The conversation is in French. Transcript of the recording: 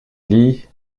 lit